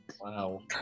Wow